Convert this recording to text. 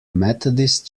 methodist